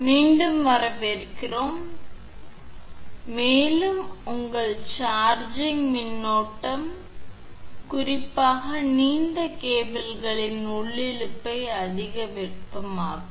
எனவே மேலும் உங்கள் சார்ஜிங் மின்னோட்டம் குறிப்பாக நீண்ட கேபிள்களில் உள்ளிழுப்பை அதிக வெப்பமாக்கும்